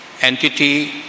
entity